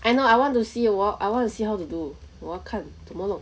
I know I want to see awhi~ I want to see how to do 我要看怎么弄